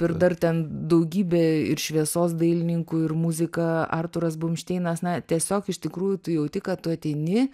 ir dar ten daugybė ir šviesos dailininkų ir muzika artūras bumšteinas na tiesiog iš tikrųjų tu jauti kad tu ateini